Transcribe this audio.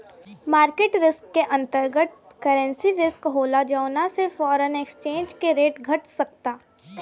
market risk के अंतर्गत, currency risk होला जौना से फॉरेन एक्सचेंज रेट घट सकता